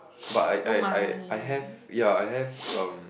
but I I I I have ya I have um